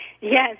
Yes